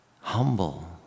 humble